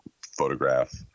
photograph